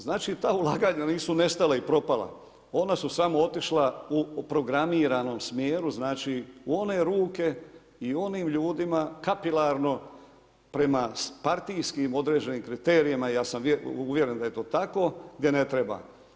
Znači ta ulaganja nisu nestala i propala, ona su samo otišla u programiranom smjeru znači u one ruke i onim ljudima kapilarno prema partijskim određenim kriterijima ja sam uvjeren da je to tako, gdje ne treba.